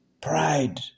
Pride